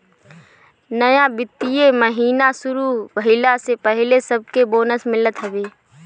नया वित्तीय महिना शुरू भईला से पहिले सबके बोनस मिलत हवे